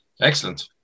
Excellent